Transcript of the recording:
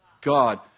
God